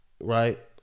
right